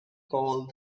call